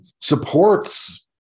supports